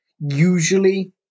Usually